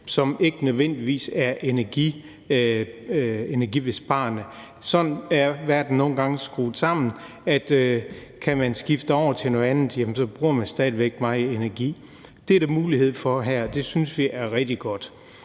som ikke nødvendigvis er energibesparende. Sådan er verden nu engang skruet sammen, altså at selv om man kan skifte over til noget andet, bruger man stadig væk meget energi. Det er der mulighed for her, og det synes vi er rigtig godt.